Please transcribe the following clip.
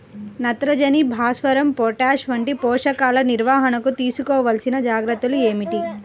నత్రజని, భాస్వరం, పొటాష్ వంటి పోషకాల నిర్వహణకు తీసుకోవలసిన జాగ్రత్తలు ఏమిటీ?